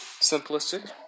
simplistic